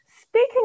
Speaking